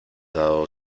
dado